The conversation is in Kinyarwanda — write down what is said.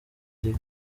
gihe